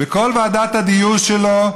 ובכל ועדת הדיור שלו,